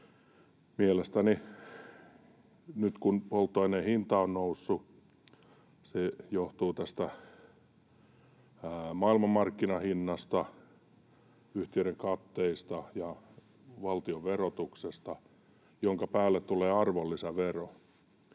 Se, että polttoaineen hinta on noussut, johtuu maailmanmarkkinahinnasta, yhtiöiden katteista ja valtion verotuksesta, joiden päälle tulee arvonlisävero,